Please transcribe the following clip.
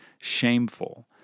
shameful